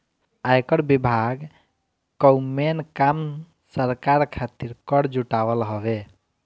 आयकर विभाग कअ मेन काम सरकार खातिर कर जुटावल हवे